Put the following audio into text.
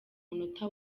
munota